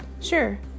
Sure